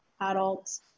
adults